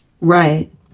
Right